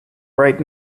right